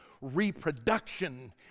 reproduction